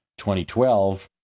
2012